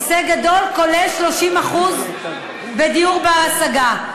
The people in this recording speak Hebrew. הישג גדול, כולל 30% בדיור בר-השגה.